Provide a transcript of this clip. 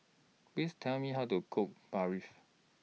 Please Tell Me How to Cook Barfi